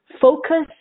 focus